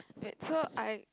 wait so I